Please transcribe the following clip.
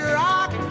rock